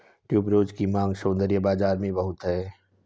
tuberose की मांग सौंदर्य बाज़ार में बहुत है